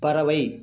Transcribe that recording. பறவை